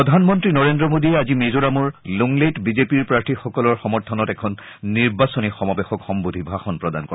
প্ৰধানমন্ত্ৰী নৰেন্দ্ৰ মোদীয়ে আজি মিজোৰামৰ লুংলেইত বিজেপিৰ প্ৰাৰ্থীসকলৰ সমৰ্থনত এখন নিৰ্বাচনী সমাৱেশক সম্বোধি ভাষণ প্ৰদান কৰে